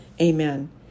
Amen